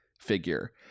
figure